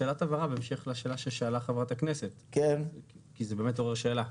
שאלת הבהרה בהמשך לשאלה ששאלה חברת הכנסת השכל כי זה באמת עורר שאלה.